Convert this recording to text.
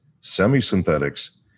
semi-synthetics